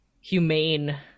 humane